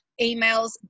Emails